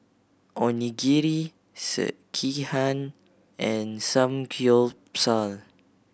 Onigiri Sekihan and Samgyeopsal